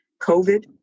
COVID